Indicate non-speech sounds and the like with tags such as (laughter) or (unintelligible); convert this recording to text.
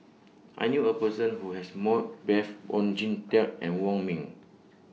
I knew A Person Who has More (unintelligible) Oon Jin Teik and Wong Ming